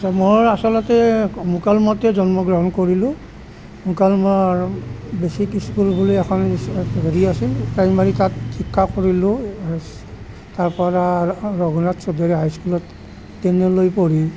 মোৰ আচলতে মুকালমুৱাতে জন্মগ্ৰহণ কৰিলোঁ মুকালমুৱাৰ বেচিক ইস্কুল বুলি এখন হেৰি আছিল প্ৰাইমাৰী তাত শিক্ষা কৰিলোঁ তাৰ পৰা ৰঘুনাথ চৌধুৰী হাইস্কুলত টেইনলৈ পঢ়ি